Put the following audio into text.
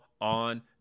on